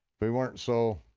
if he weren't so,